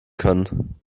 können